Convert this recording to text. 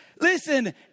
Listen